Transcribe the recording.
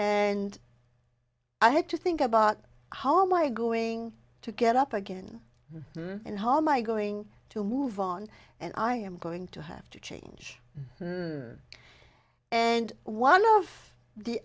and i had to think about how am i going to get up again and how my going to move on and i am going to have to change and one of the